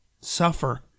suffer